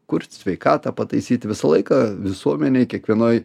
kur sveikatą pataisyt visą laiką visuomenėj kiekvienoj